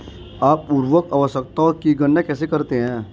आप उर्वरक आवश्यकताओं की गणना कैसे करते हैं?